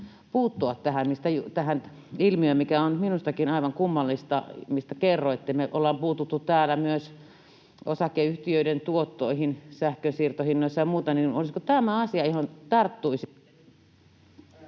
puuttua tähän ilmiöön, mikä on minustakin aivan kummallista, mistä kerroitte. Kun me ollaan puututtu täällä myös osakeyhtiöiden tuottoihin sähkönsiirtohinnoissa ja muuta, niin olisiko tämä asia, johon tarttuisitte?